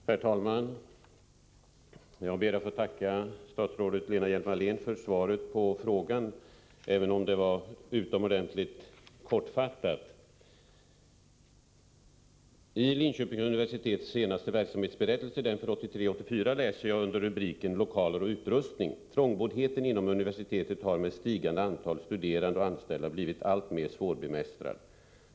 Herr talman! Jag ber att få tacka statsrådet Lena Hjelm-Wallén för svaret på frågan, även om det var utomordentligt kortfattat. I Linköpings universitets senaste verksamhetsberättelse — den för 1983/84 — läser jag under rubriken Lokaler och utrustning: ”Trångboddheten inom universitetet har med stigande antal studerande och anställda blivit alltmer svårbemästrad.